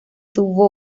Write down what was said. tuvo